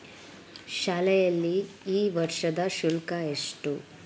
ಶಾಲೆಯಲ್ಲಿ ಈ ವರ್ಷದ ಶುಲ್ಕ ಎಷ್ಟು?